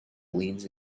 leans